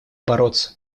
бороться